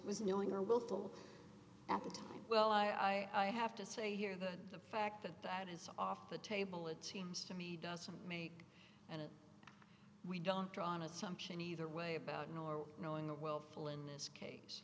was knowing or willful at the time well i have to say here that the fact that that is off the table it seems to me doesn't make and we don't draw an assumption either way about nor knowing the willful in this case